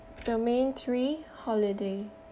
domain three holiday